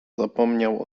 zapomniał